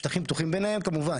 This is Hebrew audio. השטחים הפתוחים ביניהם כמובן,